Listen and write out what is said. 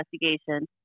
investigation